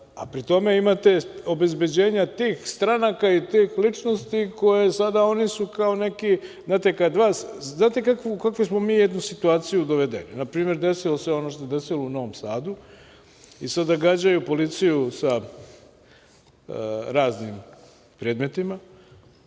Pri tome, imate obezbeđenja tih stranaka i tih ličnosti, oni su kao neki… Znate u kakvu smo mi situaciju dovedeni? Na primer, desilo se ono što se desilo u Novom Sadu i sada gađaju policiju raznim predmetima